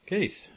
Keith